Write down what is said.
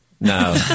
No